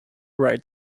right